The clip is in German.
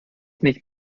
mich